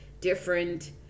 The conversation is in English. different